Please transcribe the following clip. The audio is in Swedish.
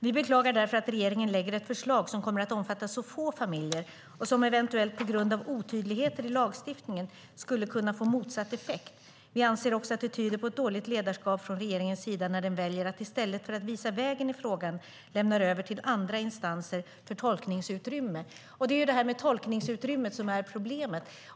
Vi beklagar därför att regeringen lägger ett förslag som kommer att omfatta så få familjer och som eventuellt på grund av otydligheter i lagstiftningen skulle kunna få motsatt effekt. Vi anser också att det tyder på ett dåligt ledarskap från regeringens sida när den väljer att i stället för att visa vägen i frågan, lämnar över till andra instanser för tolkningsutrymme." Det är tolkningsutrymmet som är problemet.